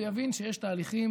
יבין שיש תהליכים